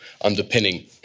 underpinning